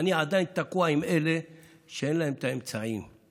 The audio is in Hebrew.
אני עדיין תקוע עם אלה שאין להם את האמצעים,